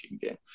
game